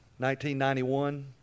1991